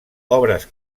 obres